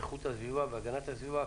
איכות הסביבה והגנת הסביבה.